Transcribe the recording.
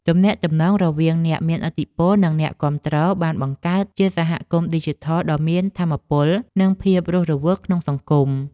ទំនាក់ទំនងរវាងអ្នកមានឥទ្ធិពលនិងអ្នកគាំទ្របានបង្កើតជាសហគមន៍ឌីជីថលដ៏មានថាមពលនិងភាពរស់រវើកក្នុងសង្គម។